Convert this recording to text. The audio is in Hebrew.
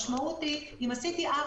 אם עשיתי,